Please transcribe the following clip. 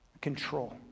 control